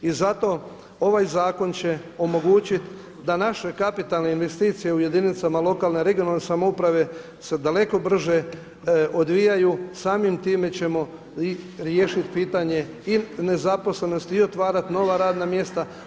I zato ovaj zakon će omogućiti da naše kapitalne investicije u jedinicama lokalne, regionalne samouprave se daleko brže odvijaju, samim time ćemo riješiti pitanje i nezaposlenosti i otvarati nova radna mjesta.